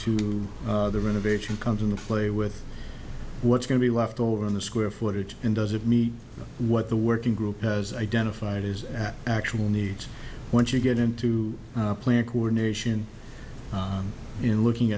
to the renovation comes into play with what's going to be left over in the square footage and does it meet what the working group has identified is at actual needs once you get into play a coordination in looking